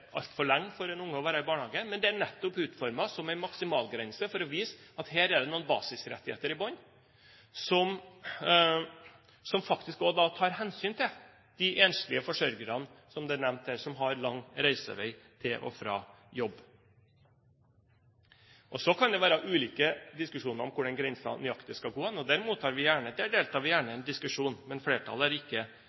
altfor lenge for et barn å være i barnehagen. Men det er nettopp utformet som en maksimalgrense for å vise at her er det noen basisrettigheter i bunnen som faktisk også tar hensyn til de enslige forsørgerne, som ble nevnt her, som har lang reisevei til og fra jobb. Så kan det være ulike diskusjoner om hvor den grensen nøyaktig skal gå. Der deltar vi gjerne i en diskusjon, men flertallet har ikke